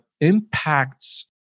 impacts